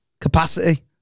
capacity